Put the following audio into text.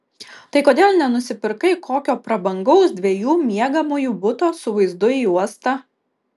tai kodėl nenusipirkai kokio prabangaus dviejų miegamųjų buto su vaizdu į uostą